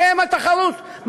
בשם התחרות,